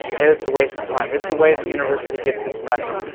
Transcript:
and it's a waste of time. it's a way the university gets its money.